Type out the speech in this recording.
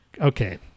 Okay